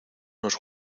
nos